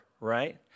right